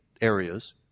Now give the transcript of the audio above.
areas